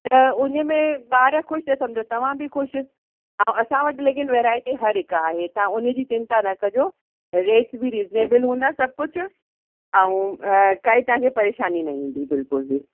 त हुन में ॿार ख़ुशि त समुझो तव्हां बि ख़ुशि ऐं असां वटि लेकिनि वैरायटी हर हिकु आहे तव्हां हुनजी चिंता न कजो रेट बि रीजनेबिल हूंदा सभु कुझु ऐं काई तव्हांखे परेशानी न ईंदी बिल्कुलु बि